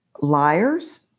liars